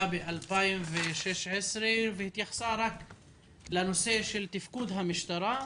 בשנת 2016 והתייחסה רק לנושא של תפקוד המשטרה,